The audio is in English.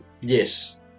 yes